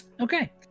Okay